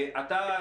אתה,